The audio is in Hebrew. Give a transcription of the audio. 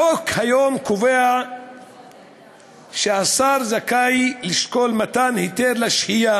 החוק היום קובע שהשר זכאי לשקול מתן היתר לשהייה